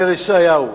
אומר ישעיהו.